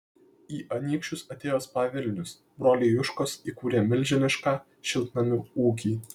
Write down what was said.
į anykščius atėjo spa vilnius broliai juškos įkūrė milžinišką šiltnamių ūkį